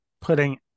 putting